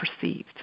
perceived